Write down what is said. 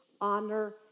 honor